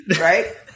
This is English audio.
Right